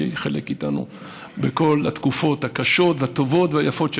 שהיא חלק מאיתנו בכל התקופות הקשות והטובות והיפות שעברנו.